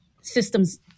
systems